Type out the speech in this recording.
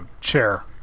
chair